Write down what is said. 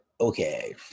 okay